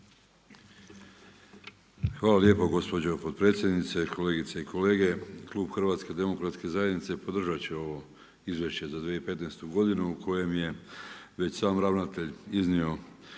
Hvala lijepo gospođo potpredsjednice, kolegice i kolege. Klub HDZ-a podržat će ovo izvješće za 2015. godinu u kojem je već sam ravnatelj iznio